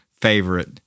favorite